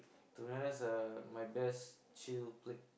to be honest my best chill place